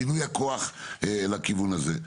שינוי הכוח לכיוון הזה.